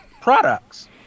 products